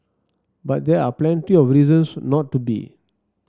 but there are plenty of reasons not to be